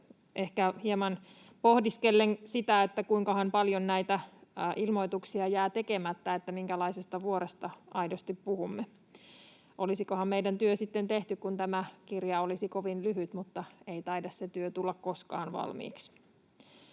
hieman pohdiskellen sitä, kuinkahan paljon näitä ilmoituksia jää tekemättä: minkälaisesta vuoresta aidosti puhumme? Olisikohan meidän työmme sitten tehty, kun tämä kirja olisi kovin lyhyt? Mutta ei taida se työ tulla koskaan valmiiksi.